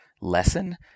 lesson